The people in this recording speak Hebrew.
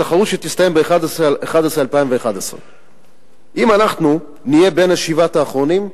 בתחרות שתסתיים ב-11 בנובמבר 2011. אם אנחנו נהיה בין שבעת האחרונים,